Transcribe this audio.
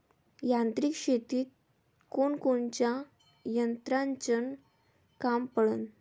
यांत्रिक शेतीत कोनकोनच्या यंत्राचं काम पडन?